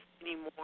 anymore